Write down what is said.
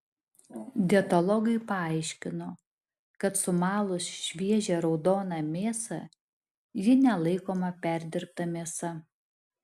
dietologai paaiškino kad sumalus šviežią raudoną mėsą ji nelaikoma perdirbta mėsa